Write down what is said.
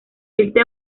este